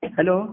Hello